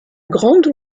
grande